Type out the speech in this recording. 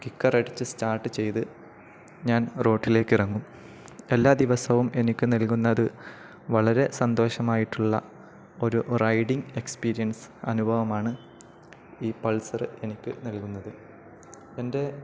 കിക്കറടിച്ച് start ചെയ്ത് ഞാൻ റോട്ടിലേക്ക് ഇറങ്ങും എല്ലാ ദിവസവും എനിക്കു നൽകുന്നതു വളരെ സന്തോഷമായിട്ടുള്ള ഒരു റൈഡിംഗ് എക്സ്പീരിയൻസ് അനുഭവമാണ് ഈ പൾസര് എനിക്കു നൽകുന്നത് എൻ്റെ